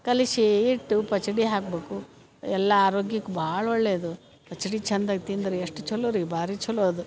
ಕಲಿಸಿ ಇಟ್ಟು ಪಚಡಿ ಹಾಕಬೇಕು ಎಲ್ಲ ಆರೋಗ್ಯಕ್ಕೆ ಭಾಳ ಒಳ್ಳೆಯದು ಪಚಡಿ ಚಂದಗೆ ತಿಂದ್ರಿ ಎಷ್ಟು ಚಲೋರಿ ಭಾರಿ ಚಲೋ ಅದು